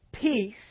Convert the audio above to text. peace